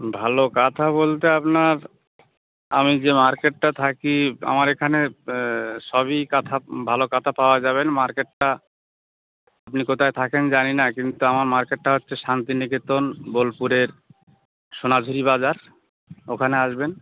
ভালো কাঁথা বলতে আপনার আমি যে মার্কেটটা থাকি আমার এখানে সবই কাঁথা ভালো কাঁথা পাওয়া যাবেন মার্কেটটা আপনি কোথায় থাকেন জানি না কিন্তু আমার মার্কেটটা হচ্ছে শান্তিনিকেতন বোলপুরের সোনাঝুড়ি বাজার ওখানে আসবেন